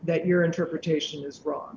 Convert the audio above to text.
that your interpretation is wrong